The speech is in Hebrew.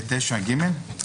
לא.